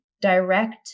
direct